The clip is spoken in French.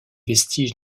vestiges